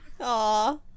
Aw